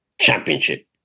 Championship